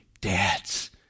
dads